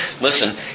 listen